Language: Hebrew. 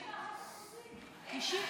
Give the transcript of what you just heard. באמת סוגרים כל כך הרבה תיקים?